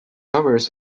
lovers